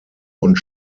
und